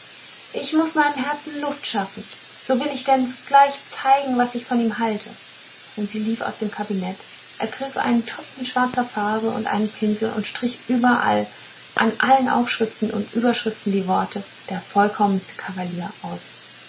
ich muß meinem herzen luft schaffen so will ich denn sogleich zeigen was ich von ihm halte und sie lief aus dem kabinett ergriff einen topf mit schwarzer farbe und einen pinsel und strich überall an allen aufschriften und überschriften die worte der vollkommenste kavalier aus